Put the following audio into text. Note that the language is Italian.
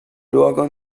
luogo